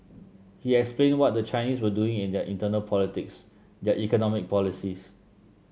he explained what the Chinese were doing in their internal politics their economic policies